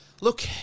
Look